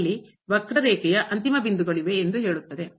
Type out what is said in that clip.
ಅಲ್ಲಿ ವಕ್ರರೇಖೆಯ ಅಂತಿಮ ಬಿಂದುಗಳಿವೆ ಎಂದು ಹೇಳುತ್ತದೆ